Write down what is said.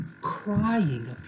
crying